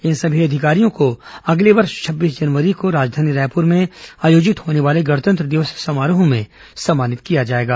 इन सभी अधिकारियों को अगले वर्ष छब्बीस जनवरी को राजधानी रायपुर में आयोजित होने वाले गॅणतंत्र दिवस समारोह में सम्मानित किया जाएगा